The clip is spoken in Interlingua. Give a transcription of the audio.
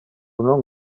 non